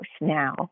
now